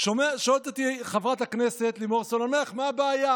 שואלת אותי חברת הכנסת לימור סון הר מלך: מה הבעיה?